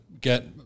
get